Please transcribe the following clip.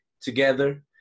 together